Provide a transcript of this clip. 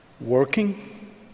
working